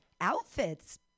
outfits